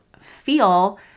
feel